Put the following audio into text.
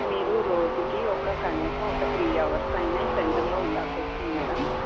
మీరు రోజుకి ఒక కనీసం ఒక త్రీ అవర్స్ అయినా ఈ సెంటర్లో ఉండాల్సి వస్తుంది మేడం